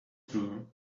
true